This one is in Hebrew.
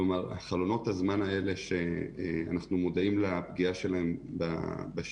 כלומר חלונות הזמן האלה שאנחנו מודעים לפגיעה שלהם בשירות,